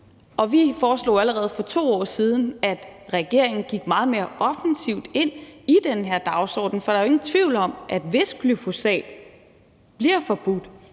Vi foreslog allerede for 2 år siden, at regeringen gik meget mere offensivt ind i den her dagsorden, for der er jo ingen tvivl om, at hvis glyfosat bliver forbudt,